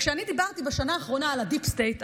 אני דיברתי בשנה האחרונה על הדיפ סטייט,